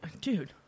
Dude